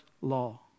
law